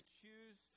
choose